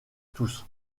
tous